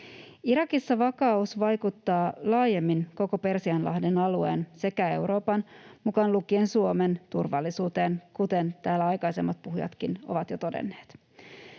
Irakissa vaikuttaa laajemmin koko Persianlahden alueen sekä Euroopan, mukaan lukien Suomen, turvallisuuteen, kuten täällä aikaisemmat puhujatkin ovat jo todenneet.